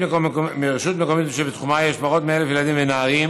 רשות מקומית שבתחומה יש פחות מ-1,000 ילדים ונערים